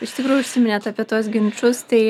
iš tikrųjų užsiminėt apie tuos ginčus tai